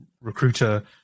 recruiter